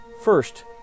First